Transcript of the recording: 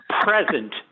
present